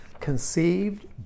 conceived